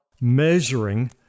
measuring